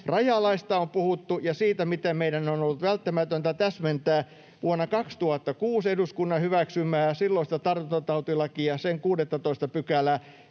Rajalaista on puhuttu ja siitä, miten meidän on ollut välttämätöntä täsmentää vuonna 2006 eduskunnan hyväksymää silloista tartuntatautilakia, sen 16 §:ää,